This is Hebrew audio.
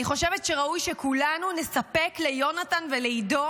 אני חושבת שראוי שכולנו נספק ליונתן ולעידו